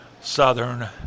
southern